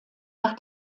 nach